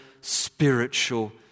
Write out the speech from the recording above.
spiritual